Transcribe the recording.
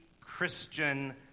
Christian